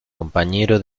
compañero